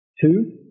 Two